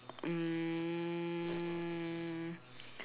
um